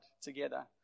together